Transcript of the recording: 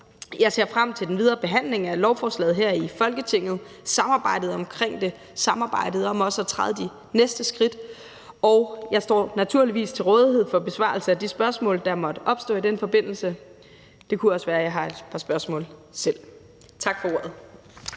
Jeg ser frem til den videre behandling af lovforslaget her i Folketinget og samarbejdet om det – samarbejdet om også at træde de næste skridt. Og jeg står naturligvis til rådighed for besvarelse af de spørgsmål, der måtte opstå i den forbindelse. Det kunne også være, at jeg har et par spørgsmål selv. Tak for ordet.